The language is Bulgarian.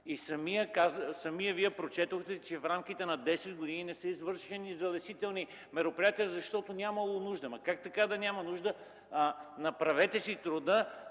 Самият Вие прочетохте, че в рамките на десет години не са извършвани залесителни мероприятия, защото нямало нужда. Как така да няма нужда?! Направете си труда